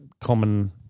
common